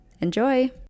Enjoy